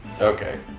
Okay